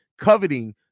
coveting